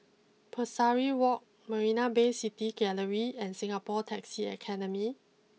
Pesari walk Marina Bay City Gallery and Singapore taxi Academy